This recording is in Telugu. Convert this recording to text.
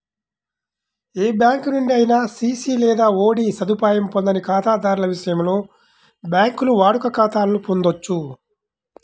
ఏ బ్యాంకు నుండి అయినా సిసి లేదా ఓడి సదుపాయం పొందని ఖాతాదారుల విషయంలో, బ్యాంకులు వాడుక ఖాతాలను పొందొచ్చు